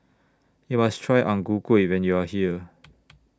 YOU must Try Ang Ku Kueh when YOU Are here